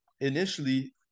initially